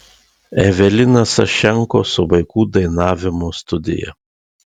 evelina sašenko su vaikų dainavimo studija